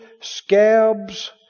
scabs